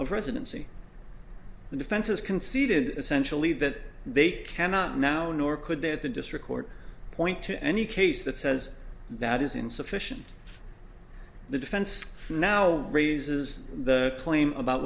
of residency the defense has conceded essentially that they cannot now nor could they at the district court point to any case that says that is insufficient the defense now raises the claim about